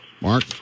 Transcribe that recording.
mark